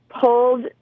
Pulled